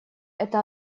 это